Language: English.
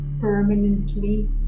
permanently